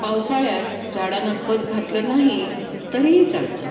पावसाळ्यात झाडांना खत घातलं नाही तरीही चालतं